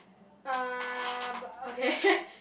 uh but okay